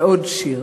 ועוד שיר,